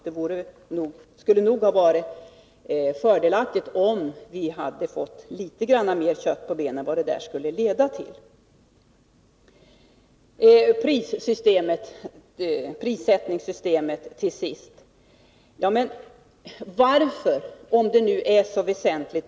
Det hade varit fördelaktigt, om vi hade fått litet mer kött på benen, så att vi hade haft en uppfattning om vad utredningen skulle leda till. Vidare något om prissättningssystemet.